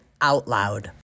OUTLOUD